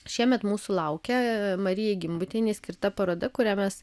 šiemet mūsų laukia marijai gimbutienei skirta paroda kurią mes